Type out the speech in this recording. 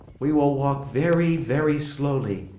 we will walk very, very slowly,